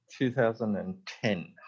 2010